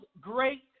great